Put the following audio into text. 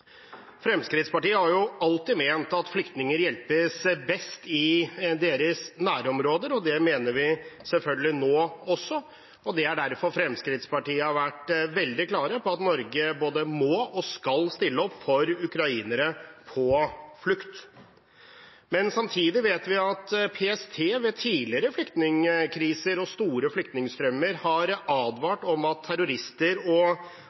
Fremskrittspartiet har alltid ment at flyktninger hjelpes best i deres nærområder, og det mener vi selvfølgelig nå også, og det er derfor Fremskrittspartiet har vært veldig klare på at Norge både må og skal stille opp for ukrainere på flukt. Men samtidig vet vi at PST ved tidligere flyktningkriser og store flyktningstrømmer har advart om at terrorister og